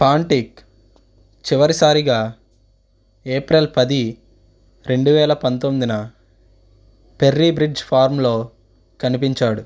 పాంటిక్ చివరిసారిగా ఏప్రెల్ పది రెండు వేల పంతొమ్మిదిన పెర్రీ బ్రిడ్జ్ ఫార్మ్లో కనిపించాడు